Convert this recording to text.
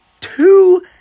two